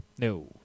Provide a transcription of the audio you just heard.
No